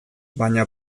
baina